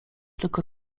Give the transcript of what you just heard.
tylko